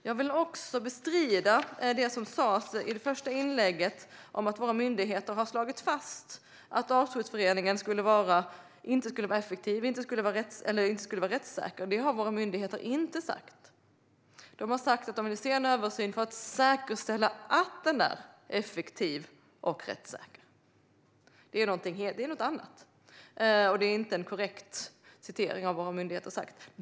Jag vill också bestrida det som sas i det första inlägget om att våra myndigheter har slagit fast att artskyddsförordningen inte skulle vara effektiv och rättssäker. Det har våra myndigheter inte sagt. De har sagt att de vill se en översyn för att säkerställa att den är effektiv och rättssäker. Det är någonting annat, och det som sas här tidigare är inte en korrekt citering av vad våra myndigheter har sagt.